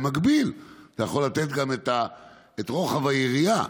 במקביל, אתה יכול לתת גם את רוחב היריעה,